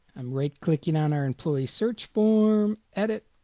i'm right-clicking on our employee search form edit.